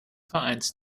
vereins